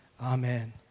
Amen